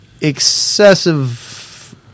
excessive